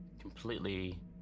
completely